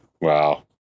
Wow